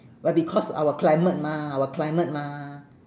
but because our climate mah our climate mah